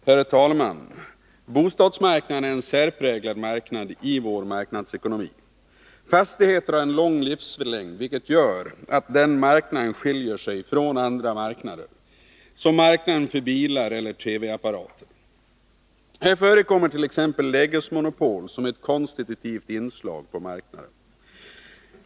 Herr talman! Bostadsmarknaden är en särpräglad marknad i vår marknadsekonomi. Fastigheter har en lång livslängd, vilket gör att denna marknad skiljer sig från andra marknader, t.ex. marknaden för bilar eller TV-apparater. Här förekommer t.ex. lägesmonopol som ett konstitutivt inslag på marknaden.